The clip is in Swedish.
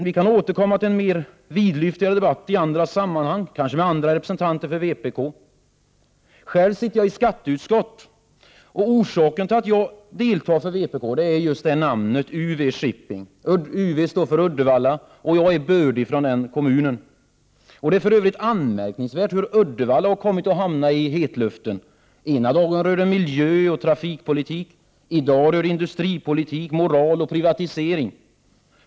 Vi kan återkomma i andra sammanhang till mer vidlyftiga debatter, kanske med andra representanter för vpk. Själv sitter jag i skatteutskottet, och anledningen till att just jag deltar i debatten för vpk är just namnet UV-Shipping. UV står nämligen för Uddevalla, och jag är bördig från den kommunen. Det är för övrigt anmärkningsvärt hur Uddevalla har kommit att hamna i den politiska hetluften. Ena dagen rör det sig om miljö och trafikpolitik. I dag rör det sig om industripolitik, moral och privatisering.